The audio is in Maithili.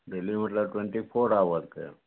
डेली मतलब ट्वेंटी फोर आवरके